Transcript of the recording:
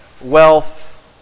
wealth